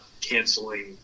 canceling